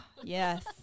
yes